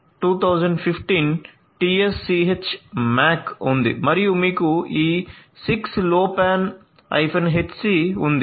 4 2015 TSCH MAC ఉంది మరియు మీకు ఈ 6Low PAN HC ఉంది